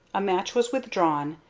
a match was withdrawn,